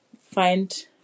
find